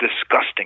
disgusting